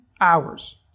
hours